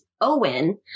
Owen